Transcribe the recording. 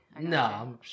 No